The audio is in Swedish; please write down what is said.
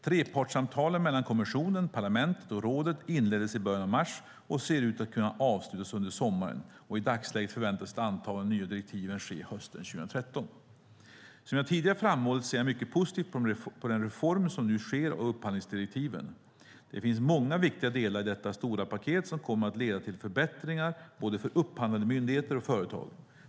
Trepartssamtalen mellan kommissionen, parlamentet och rådet inleddes i början av mars och ser ut att kunna avslutas under sommaren. I dagsläget förväntas ett antagande av de nya direktiven ske hösten 2013. Som jag tidigare framhållit ser jag mycket positivt på den reform som nu sker av upphandlingsdirektiven. Det finns många viktiga delar i detta stora paket som kommer att leda till förbättringar för både upphandlande myndigheter och företag.